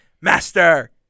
Master